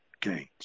gains